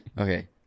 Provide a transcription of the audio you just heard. Okay